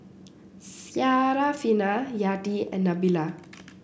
Syarafina Yati and Nabila